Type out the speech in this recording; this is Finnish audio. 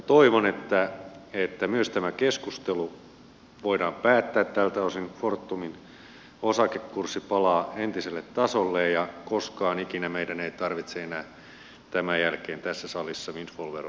toivon että myös tämä keskustelu voidaan päättää tältä osin fortumin osakekurssi palaa entiselle tasolleen ja koskaan ikinä meidän ei tarvitse enää tämän jälkeen tässä salissa windfall verosta keskustella